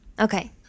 Okay